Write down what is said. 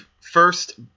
first